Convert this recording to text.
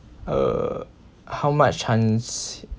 uh how much chance